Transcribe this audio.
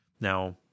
Now